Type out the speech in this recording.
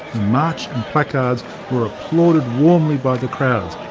march and placards were applauded warmly by the crowds,